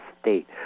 state